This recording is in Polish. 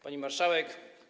Pani Marszałek!